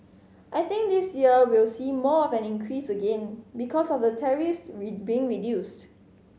I think this year we'll see more of an increase again because of the tariffs being reduced